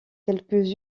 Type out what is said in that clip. quelques